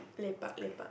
lepak lepak